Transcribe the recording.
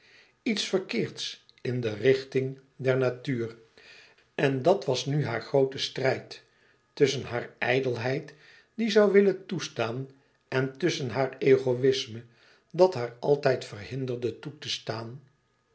iets verkeerds in de inrichting der natuur en dat was nu haar groote strijd tusschen hare ijdelheid die zoû willen toestaan en tusschen haar egoïsme dat haar altijd verhinderde toe te staan